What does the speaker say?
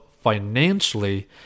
financially